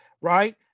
Right